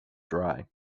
dry